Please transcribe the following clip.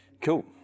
Cool